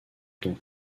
donc